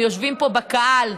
הם יושבים פה בקהל,